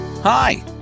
Hi